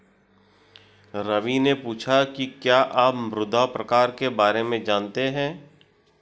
रवि ने पूछा कि क्या आप मृदा प्रकार के बारे में जानते है?